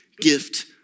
gift